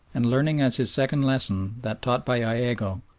and learning as his second lesson that taught by iago,